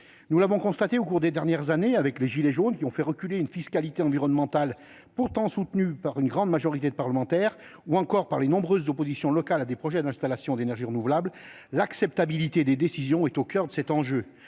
Nous l'avons constaté au cours des dernières années, avec les « gilets jaunes », qui ont fait reculer une fiscalité environnementale pourtant soutenue par une grande majorité de parlementaires, ou encore avec les nombreuses oppositions locales à des projets d'installations d'énergies renouvelables : l'acceptabilité des décisions est au coeur de cet enjeu.